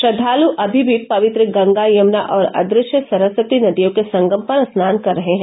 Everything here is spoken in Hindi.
श्रद्वालु अभी भी पवित्र गंगा यमुना और अदृश्य सरस्वती नदियों के संगम पर स्नान कर रहे हैं